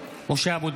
(קורא בשמות חברי הכנסת) משה אבוטבול,